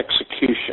execution